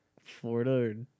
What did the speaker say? Florida